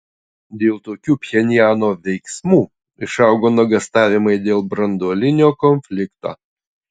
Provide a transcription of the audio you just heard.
dėl tokių pchenjano veiksmų išaugo nuogąstavimai dėl branduolinio konflikto